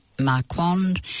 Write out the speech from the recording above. Marquand